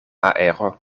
aero